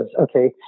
okay